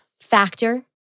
factor